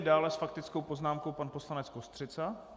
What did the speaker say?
Dále s faktickou poznámkou pan poslanec Kostřica.